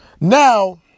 Now